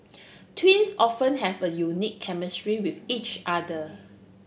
twins often have a unique chemistry with each other